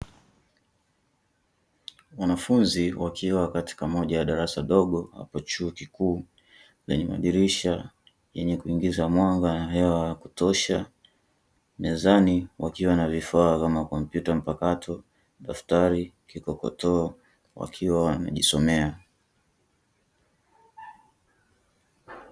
Wanafunzi wakiwa katika moja ya darasa dogo hapo chuo kikuu lenye madirisha yenye kuingiza mwanga na hewa ya kutosha, mezani wakiwa na vifaa kama kompyuta mpakato, daftari, kikokotoo, wakiwa wanjisomea.